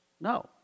no